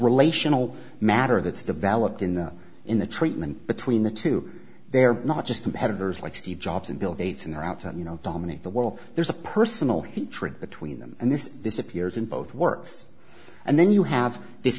relational matter that's developed in the in the treatment between the two they're not just competitors like steve jobs and bill gates and they're out to you know dominate the world there's a personal hatred between them and this disappears in both works and then you have this